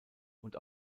und